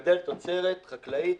לגידול תוצרת חקלאית,